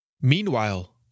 Meanwhile